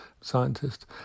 scientist